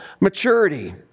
maturity